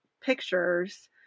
pictures